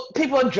people